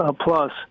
plus